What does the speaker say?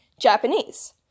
Japanese